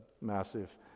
massive